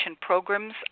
programs